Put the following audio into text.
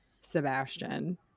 Sebastian